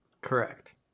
Correct